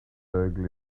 circle